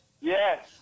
Yes